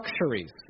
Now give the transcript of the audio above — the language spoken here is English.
luxuries